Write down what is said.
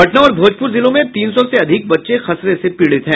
पटना और भोजपुर जिलों में तीन सौ से अधिक बच्चे खसरा से पीड़ित हैं